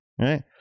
right